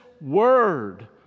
word